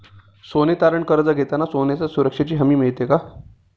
सोने तारण कर्ज घेताना सोन्याच्या सुरक्षेची हमी मिळते का?